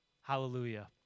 Hallelujah